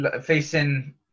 facing